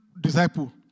disciple